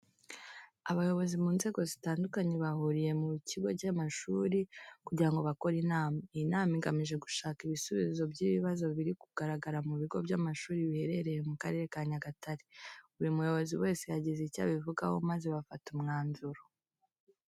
Abayobozi mu nzego zitandukanye bahuriye mu kigo cy'amashuri kugira ngo bakore inama. Iyi nama igamije gushaka ibisubizo by'ibibazo biri kugaragara mu bigo by'amashuri biherereye mu Karere ka Nyagatare. Buri muyobozi wese yagize icyo abivugaho maze bafata umwanzuro.